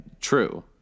True